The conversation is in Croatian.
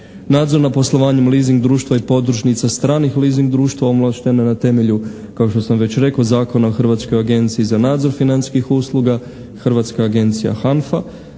Nadzor nad poslovanjem leasing društva i podružnica stranih leasing društva … /Govornik se ne razumije./ … na temelju kao što sam već rekao Zakona o Hrvatskoj agenciji za nadzor financijskih usluga, hrvatska agencija HANFA,